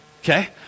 Okay